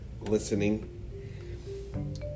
listening